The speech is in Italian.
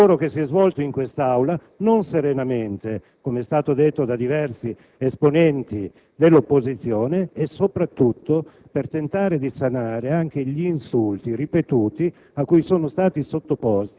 Signor Presidente, intervengo a nome del Gruppo Insieme con l'Unione Verdi-Comunisti Italiani. Anche noi voteremo contro questo ordine del giorno, perché crediamo che oggi in quest'Aula